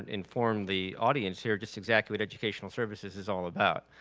inform the audience here just exactly what educational services is all about.